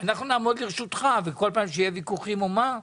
אנחנו נעמוד לרשותך וכל פעם שיהיו ויכוחים או משהו כזה,